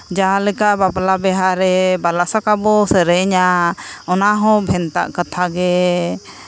ᱡᱟᱦᱟᱸᱞᱮᱠᱟ ᱵᱟᱯᱞᱟ ᱵᱤᱦᱟ ᱨᱮ ᱵᱟᱞᱟ ᱥᱟᱠᱟ ᱵᱚ ᱥᱮᱨᱮᱧᱟ ᱚᱱᱟ ᱦᱚᱸ ᱵᱷᱮᱱᱛᱟ ᱠᱟᱛᱷᱟ ᱜᱮ